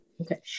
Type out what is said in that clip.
Okay